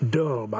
dull